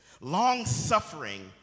long-suffering